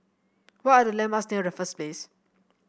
what are the landmarks near Raffles Place